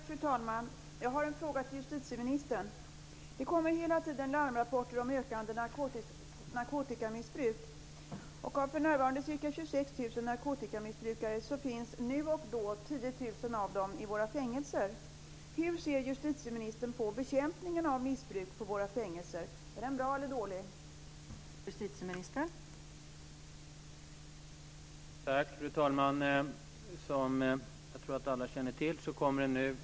Fru talman! Jag har en fråga till justitieministern. Det kommer hela tiden larmrapporter om ökande narkotikamissbruk. Av för närvarande ca 26 000 narkotikamissbrukare finns nu och då 10 000 av dem i våra fängelser.